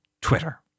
Twitter